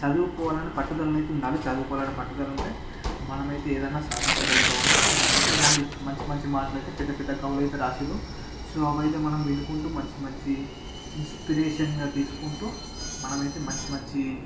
చదువుకోవాలనే పట్టుదలలైతే ఉండాలి చదువుకోవాలనే పట్టుదల ఉంటే మనమైతే ఏదన్నా సాధించగలుగుతాం అనే మనకైతే ఇలాంటి మంచి మంచి మాటలైతే పెద్ద పెద్ద కవులైతే రాసారు సో అవైతే మనం వినుకుంటూ మంచి మంచి ఇన్స్పిరేషన్గా తీసుకుంటూ మనమైతే మంచి మంచి